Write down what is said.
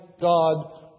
God